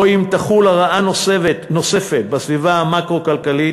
או אם תחול הרעה נוספת בסביבה המקרו-כלכלית,